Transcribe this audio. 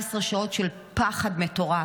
14 שעות של פחד מטורף,